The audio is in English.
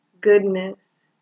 goodness